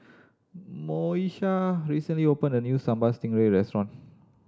Moesha recently opened a new Sambal Stingray restaurant